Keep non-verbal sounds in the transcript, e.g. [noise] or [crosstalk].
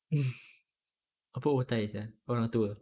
[laughs] apa otai sia orang tua